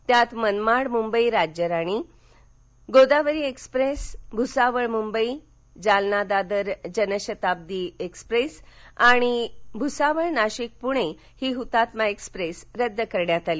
यात Manmad Mumbai Rajyarani Godavari express Bhusawal Mumbai Jalna Dadar Janshatabdi express आणि भुसावळ नाशिक पूणे ही हृतात्मा एक्स्प्रेस रद्द करण्यात आली